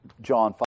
John